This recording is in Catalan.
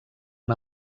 una